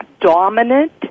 dominant